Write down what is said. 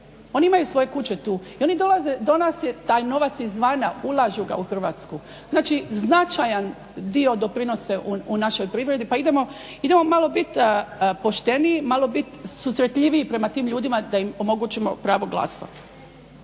oni imaju svoje kuće tu i oni dolaze. Do nas je taj novac izvana, ulažu ga u Hrvatsku. Znači, značajan dio doprinose u našoj privredi. Pa idemo malo biti pošteniji, malo biti susretljiviji prema tim ljudima da im omogućimo pravo glasa.